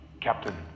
Captain